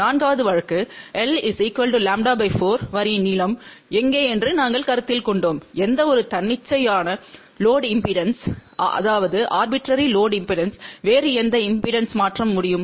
நான்காவது வழக்கு எல் λ 4 வரியின் நீளம் எங்கே என்று நாங்கள் கருத்தில் கொண்டோம் எந்தவொரு தன்னிச்சையான லோடு இம்பெடன்ஸ் வேறு எந்த இம்பெடன்ஸ்ற்கும் மாற்ற முடியும்